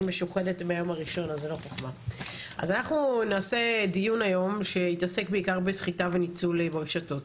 אנחנו נעשה דיון היום שיתעסק בעיקר בסחיטה וניצול ברשתות,